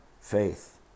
Faith